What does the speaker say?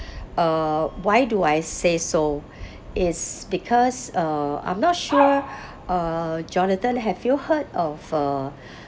uh why do I say so it's because uh I'm not sure uh jonathan have you heard of uh uh